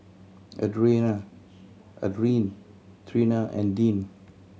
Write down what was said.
Adrienne Trina and Deane